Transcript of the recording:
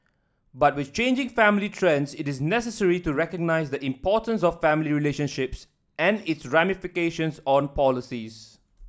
but with changing family trends it is necessary to recognise the importance of family relationships and its ramifications on policies